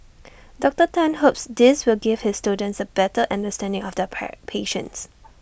Doctor Tan hopes this will give his students A better understanding of their pre patients